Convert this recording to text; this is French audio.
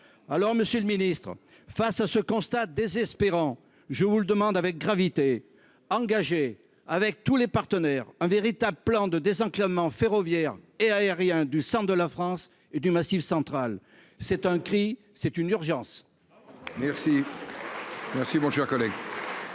alors Monsieur le Ministre, face à ce constat désespérant, je vous le demande avec gravité engagé avec tous les partenaires un véritable plan de désenclavement ferroviaire et aérien du centre de la France et du Massif c'est un cri, c'est une urgence.